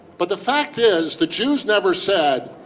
but the fact is the jews never said,